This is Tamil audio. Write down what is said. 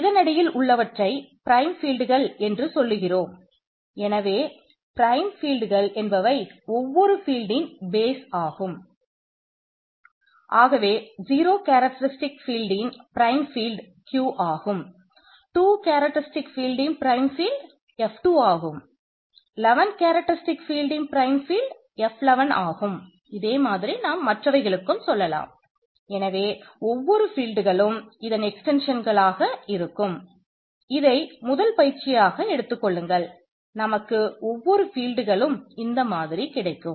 இதனடியில் உள்ளவற்றை பிரைம் இந்த மாதிரி கிடைக்கும்